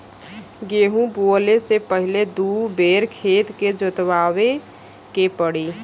गेंहू बोवले से पहिले दू बेर खेत के जोतवाए के पड़ी